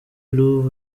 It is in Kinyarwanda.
luv